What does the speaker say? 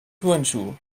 turnschuh